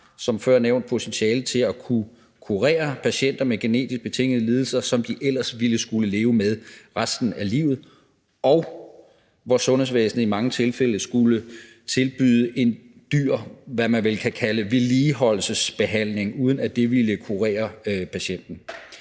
som før nævnt potentiale til at kunne kurere patienter med genetisk betingede lidelser, som de ellers ville skulle leve med resten af livet, og hvor sundhedsvæsenet i mange tilfælde skulle tilbyde en dyr, hvad man vel kan kalde vedligeholdelsesbehandling, uden at det ville kurere patienten.